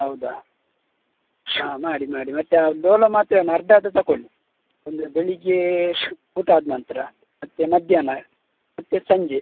ಹೌದಾ ಹಾಂ ಮಾಡಿ ಮಾಡಿ ಮತ್ತೆ ಆ ಡೋಲೋ ಮಾತ್ರೆನ ಅರ್ಧ ಆದ್ರೂ ತೊಗೊಳ್ಳಿ ಒಂದು ಬೆಳಿಗ್ಗೆ ಊಟ ಆದ ನಂತರ ಮತ್ತು ಮಧ್ಯಾಹ್ನ ಮತ್ತು ಸಂಜೆ